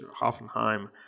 Hoffenheim